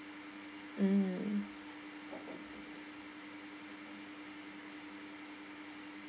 mmhmm